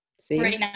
See